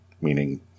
Meaning